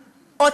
נה,